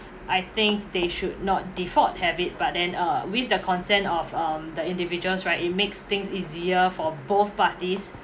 I think they should not default have it but then uh with the consent of um the individuals right it makes things easier for both parties